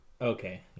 Okay